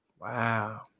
Wow